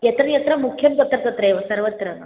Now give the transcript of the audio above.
यत्र यत्र मुख्यं तत्र तत्रैव सर्वत्र न